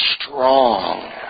strong